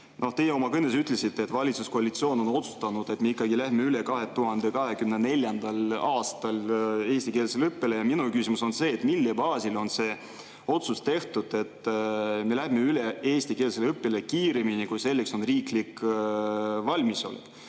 Teie oma kõnes ütlesite, et valitsuskoalitsioon on otsustanud, et me ikkagi läheme üle 2024. aastal eestikeelsele õppele. Ja minu küsimus on see, et mille baasil on see otsus tehtud, et me läheme üle eestikeelsele õppele kiiremini, kui selleks on riiklik valmisolek.